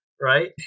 right